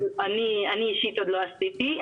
אני אישית עוד לא עשיתי.